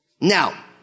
Now